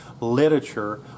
literature